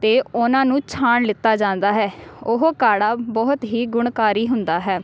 ਅਤੇ ਉਹਨਾਂ ਨੂੰ ਛਾਣ ਲਿੱਤਾ ਜਾਂਦਾ ਹੈ ਉਹ ਕਾੜਾ ਬਹੁਤ ਹੀ ਗੁਣਕਾਰੀ ਹੁੰਦਾ ਹੈ